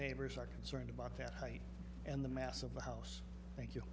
neighbors are concerned about their height and the mass of the house thank you